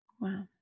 Wow